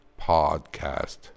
Podcast